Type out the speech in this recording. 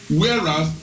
whereas